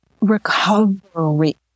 recovery